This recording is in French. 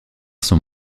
son